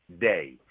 day